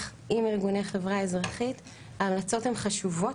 עם ארגוני חברה אזרחית ההמלצות הן חשובות,